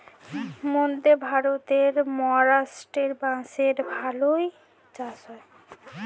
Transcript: মধ্যে ভারতের মহারাষ্ট্রে বাঁশের ভালো চাষ হয়